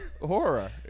horror